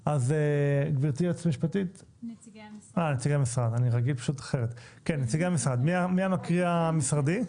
נציגי המשרד, מי המקריא המשרדי?